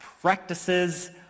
practices